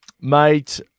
Mate